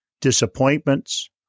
disappointments